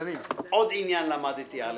עוד עניין למדתי עליכם.